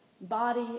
body